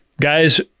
guys